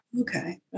Okay